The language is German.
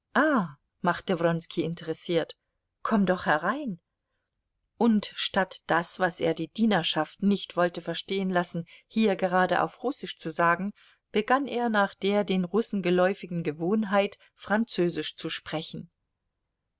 machte wronski interessiert komm doch herein und statt das was er die dienerschaft nicht wollte verstehen lassen hier gerade auf russisch zu sagen begann er nach der den russen geläufigen gewohnheit französisch zu sprechen